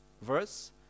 verse